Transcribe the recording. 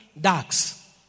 ducks